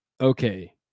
okay